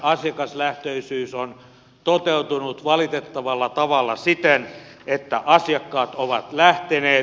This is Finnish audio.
asiakaslähtöisyys on toteutunut valitettavalla tavalla siten että asiakkaat ovat lähteneet